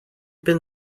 been